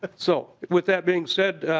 but so with that being said